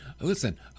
Listen